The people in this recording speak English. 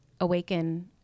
awaken